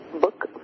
book